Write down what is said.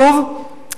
שוב,